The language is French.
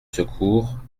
secours